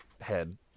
head